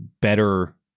better